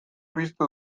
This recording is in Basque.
piztu